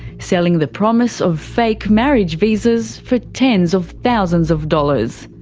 selling the promise of fake marriage visas for tens of thousands of dollars.